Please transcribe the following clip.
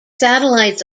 satellites